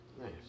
Nice